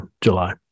July